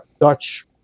Dutch